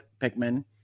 Pikmin